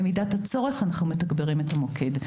במידת הצורך אנחנו מתגברים את המוקד.